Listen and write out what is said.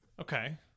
okay